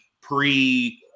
pre-